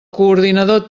coordinador